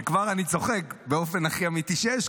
שכבר אני צוחק באופן הכי אמיתי שיש,